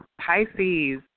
Pisces